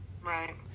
Right